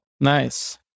Nice